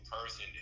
person